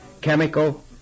chemical